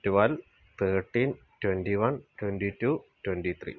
twelve thirteen twenty one twenty two twenty three